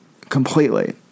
completely